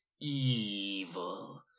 evil